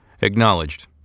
Acknowledged